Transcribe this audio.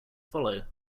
follow